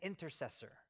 intercessor